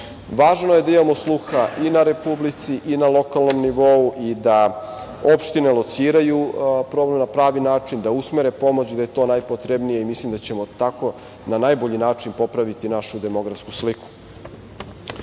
Važno je da imamo sluha i na Republici i na lokalnom nivou i da opštine lociraju problem na pravi način, da usmere pomoć i da je to najpotrebnije. Mislim da ćemo tako na najbolji način popraviti našu demografsku sliku. Kada